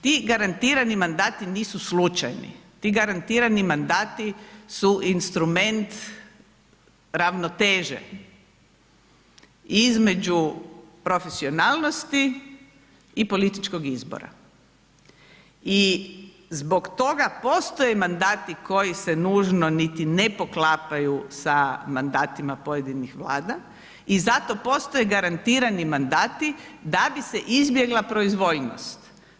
Ti garantirani mandati nisu slučajni, ti garantirani mandati su instrument ravnoteže između profesionalnosti i političkog izbora i zbog toga postoje mandati koju se nužno niti ne poklapaju sa mandatima pojedinih Vlada i zato postoje garantirani mandati da bi se izbjegla proizvoljnost.